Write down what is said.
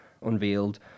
unveiled